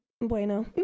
Bueno